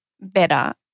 better